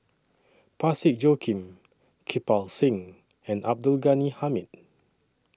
Parsick Joaquim Kirpal Singh and Abdul Ghani Hamid